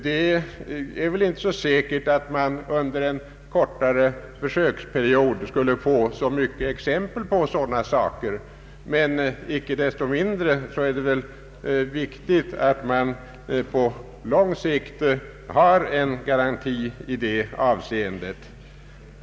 Det är inte alls säkert att vi under en kortare försöksperiod skulle få särskilt många exempel på sådant, men icke desto mindre är det viktigt att vi på lång sikt har en garanti i detta avseende.